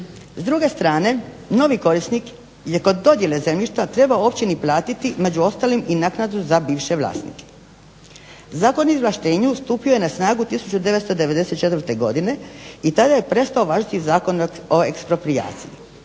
S druge strane novi korisnik je kod dodjele zemljišta trebao općini platiti i među ostalim i naknadu za bivše vlasnike. Zakon o izvlaštenju stupio je na snagu 1994. godine i tada je prestao važiti Zakon o eksproprijaciji.